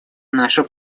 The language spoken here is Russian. нашу